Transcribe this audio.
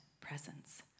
presence